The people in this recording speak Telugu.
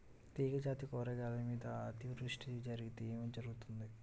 తీగజాతి కూరగాయల మీద అతివృష్టి జరిగితే ఏమి జరుగుతుంది?